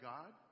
God